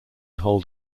hold